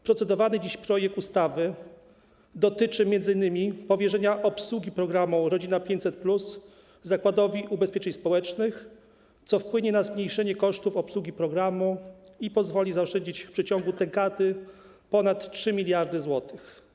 Procedowany dziś projekt ustawy dotyczy m.in. powierzenia obsługi programu „Rodzina 500+” Zakładowi Ubezpieczeń Społecznych, co wpłynie na zmniejszenie kosztów obsługi programu i pozwoli zaoszczędzić w przeciągu dekady ponad 3 mld zł.